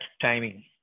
timing